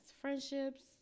friendships